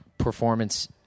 performance